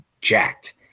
jacked